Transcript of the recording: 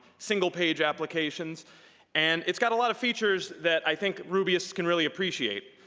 single-page applications and it's got a lot of features that i think rubyists can really appreciate.